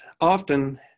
often